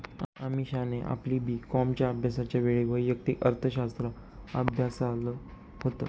अमीषाने आपली बी कॉमच्या अभ्यासाच्या वेळी वैयक्तिक अर्थशास्त्र अभ्यासाल होत